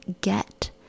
get